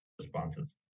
responses